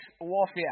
warfare